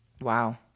Wow